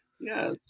Yes